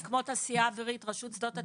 התעשייה האווירית, רשות שדות התעופה.